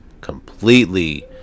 completely